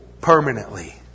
permanently